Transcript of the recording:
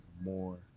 more